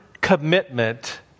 commitment